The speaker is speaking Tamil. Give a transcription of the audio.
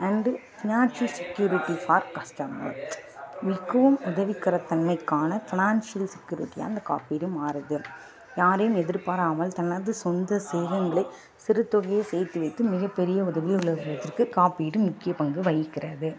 and financial security for customer மிகவும் உதவிகர தன்மைக்கான ஃபினான்ஷியல் செக்கியூரிட்டியா இந்த காப்பீடு மாறுது யாரையும் எதிர்பாராமல் தனது சொந்த சேதங்களை சிறு தொழில் செய்து வைத்து மிக பெரிய உதவியை உலகத்திற்கு காப்பீடு முக்கிய பங்கு வகிக்கிறது